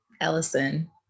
Ellison